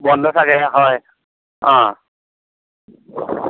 বন্ধ থাকে হয় অঁ